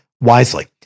wisely